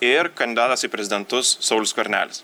ir kandidatas į prezidentus saulius skvernelis